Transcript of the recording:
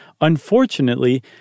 Unfortunately